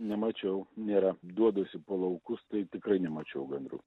nemačiau nėra duodasi po laukus tai tikrai nemačiau gandrų